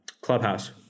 Clubhouse